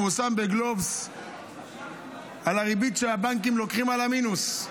פורסם בגלובס על הריבית שהבנקים לוקחים על המינוס.